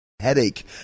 headache